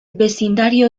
vecindario